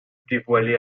dévoilé